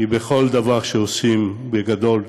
כי בכל דבר שעושים בגדול,